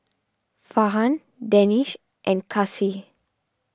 Farhan Danish and Kasih